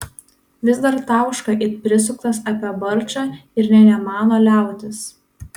vis dar tauška it prisuktas apie barčą ir nė nemano liautis